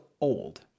old